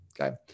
Okay